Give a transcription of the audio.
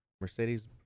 Mercedes